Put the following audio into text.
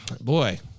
Boy